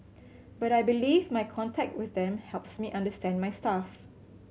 but I believe my contact with them helps me understand my staff